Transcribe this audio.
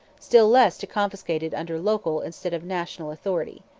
still less to confiscate it under local instead of national authority.